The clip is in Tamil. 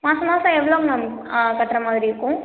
மாதம் மாதம் எவ்வளோங்க மேம் கட்டுற மாதிரி இருக்கும்